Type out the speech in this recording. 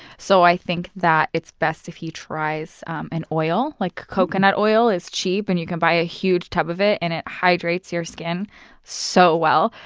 so i think that it's best if he tries an oil. like coconut oil is cheap, and you can buy a huge tub of it. and it hydrates your skins so well.